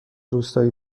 روستایی